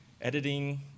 editing